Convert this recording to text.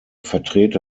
vertrete